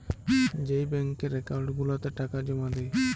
যেই ব্যাংকের একাউল্ট গুলাতে টাকা জমা দেই